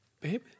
Babe